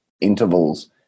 intervals